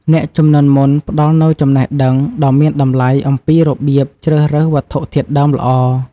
អ្នកជំនាន់មុនផ្ដល់នូវចំណេះដឹងដ៏មានតម្លៃអំពីរបៀបជ្រើសរើសវត្ថុធាតុដើមល្អ។